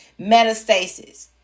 metastasis